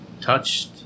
touched